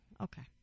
Okay